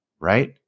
right